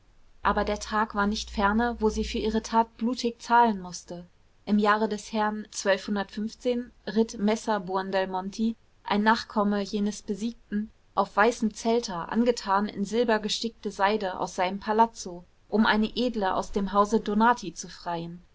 aber der tag war nicht ferne wo sie für ihre tat blutig zahlen mußte im jahre des herrn ritt messer buondelmonti ein nachkomme jenes besiegten auf weißem zelter angetan in silbergestickte seide aus seinem palazzo um eine edle aus dem hause donati zu freien